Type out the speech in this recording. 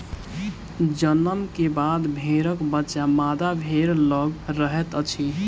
जन्म के बाद भेड़क बच्चा मादा भेड़ लग रहैत अछि